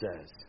says